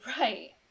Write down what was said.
right